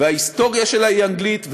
וההיסטוריה שלה היא אנגלית,